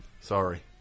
Sorry